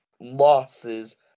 losses